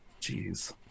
Jeez